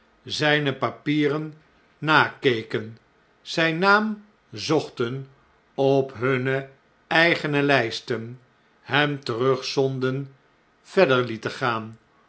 zijne papieren nakeken zn'n naam zochten op hunne eigene lgsten hem terugzonden verder lieten gaan